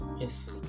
Yes